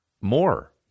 more